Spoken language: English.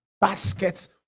baskets